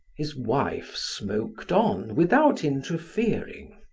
his wife smoked on without interfering.